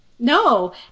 No